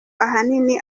ahanini